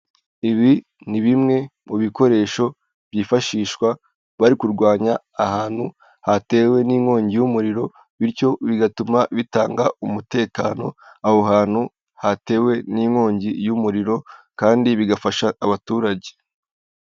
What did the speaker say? Ibi ni bimwe mu bikoresho byifashishwa bari kurwanya ahantu hatewe n'inkongi y'umuriro, bityo bigatuma bitanga umutekano aho hantu hatewe n'inkongi y'umuriro, kandi bigafasha abaturage.